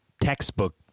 textbook